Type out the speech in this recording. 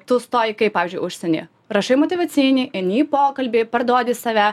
tu stoji kaip pavyzdžiui užsienyje rašai motyvacinį eini eini į pokalbį parduodi save